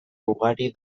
ugari